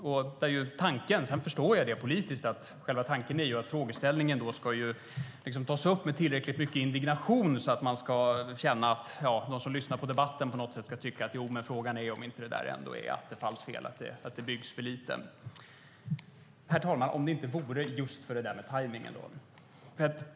Sedan förstår jag att den politiska tanken är att frågeställningen ska tas upp med tillräckligt mycket indignation, så att de som lyssnar på debatten på något sätt ska tycka att det nog ändå är Attefalls fel att det byggs för lite. Herr talman! Om det inte vore just för det där med tajmningen!